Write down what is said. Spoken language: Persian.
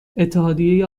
اتحادیه